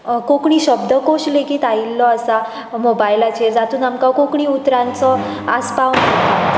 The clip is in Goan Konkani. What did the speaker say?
कोंकणी शब्दकोश लेगीत आयिल्लो आसा मोबायलाचेर जातूंत आमकां कोंकणी उतरांचो आस्पाव